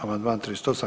Amandman 38.